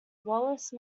wallace